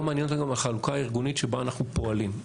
מעניינת אותם גם החלוקה הארגונית שבה אנחנו פועלים.